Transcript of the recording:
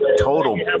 total